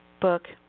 book